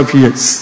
years